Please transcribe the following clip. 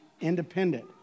independent